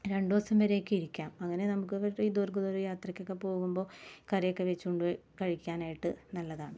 രണ്ടുദിവസം വരെ ഒക്കെ ഇരിക്കാം അങ്ങനെ നമുക്ക് ഒക്കെ പോയി ദൂര ദൂരെ യാത്രയ്ക്ക് ഒക്കെ പോകുമ്പോൾ കറി ഒക്കെ വെച്ച് കൊണ്ട് പോയി കഴിക്കാനായിട്ട് നല്ലതാണ്